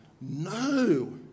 no